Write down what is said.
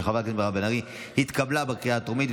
התשפ"ג 2023,